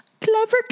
Clever